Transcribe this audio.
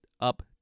up